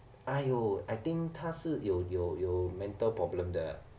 !aiyo! I think 他是有有有 mental problem 的